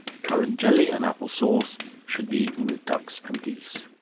currant jelly and apple sauce should be eaten with ducks and geese.